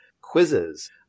quizzes